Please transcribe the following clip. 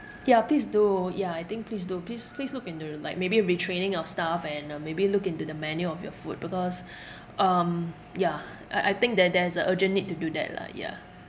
ya please do ya I think please do please please look into like maybe retraining your staff and uh maybe look into the menu of your food because um yeah I I think there there's a urgent need to do that lah yeah